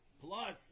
Plus